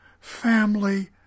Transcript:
family